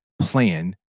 plan